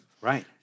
Right